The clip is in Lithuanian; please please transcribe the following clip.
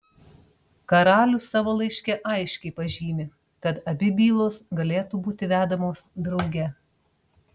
karalius savo laiške aiškiai pažymi kad abi bylos galėtų būti vedamos drauge